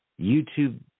YouTube